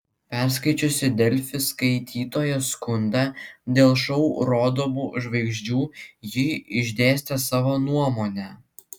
perskaičiusi delfi skaitytojo skundą dėl šou rodomų žvaigždžių ji išdėstė savo nuomonę